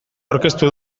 aurkeztu